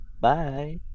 bye